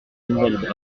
nouvelles